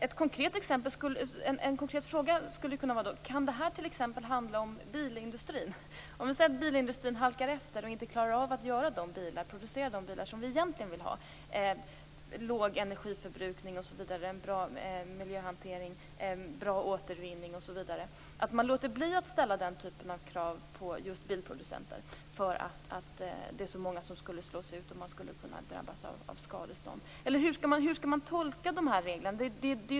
En konkret fråga skulle då kunna vara om detta t.ex. kan handla om bilindustrin. Om bilindustrin halkar efter och inte klarar av att producera de bilar som vi egentligen vill ha - låg energiförbrukning, bra miljöhantering, bra återvinning osv. - skall vi då låta bli att ställa den typen av krav på bilproducenter därför att så många skulle slås ut och skulle kunna drabbas av skadestånd? Eller hur skall man tolka reglerna?